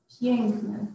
piękne